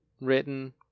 written